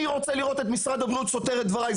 אני רוצה לראות את משרד הבריאות סותר את דבריי.